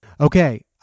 Okay